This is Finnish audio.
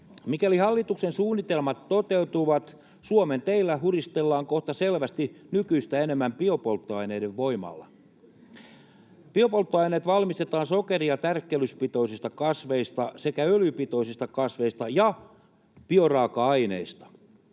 Mikäli hallituksen suunnitelmat toteutuvat, Suomen teillä huristellaan kohta selvästi nykyistä enemmän biopolttoaineiden voimalla. Biopolttoaineet valmistetaan sokeri- ja tärkkelyspitoisista kasveista sekä öljypitoisista kasveista ja bioraaka-aineista.